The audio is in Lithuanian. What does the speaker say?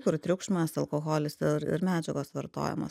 kur triukšmas alkoholis ir ir medžiagos vartojamos